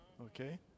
Okay